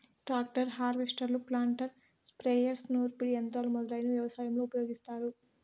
tractor, హార్వెస్టర్లు, planter, sprayers, నూర్పిడి యంత్రాలు మొదలైనవి వ్యవసాయంలో ఉపయోగిస్తారు